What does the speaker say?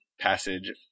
passage